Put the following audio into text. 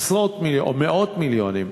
עשרות או מאות מיליונים.